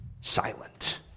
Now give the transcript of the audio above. silent